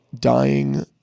dying